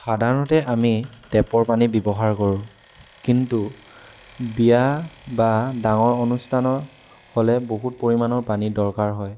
সাধাৰণতে আমি টেপৰ পানী ব্যৱহাৰ কৰোঁ কিন্তু বিয়া বা ডাঙৰ অনুষ্ঠানত হ'লে বহুত পৰিমাণৰ পানীৰ দৰকাৰ হয়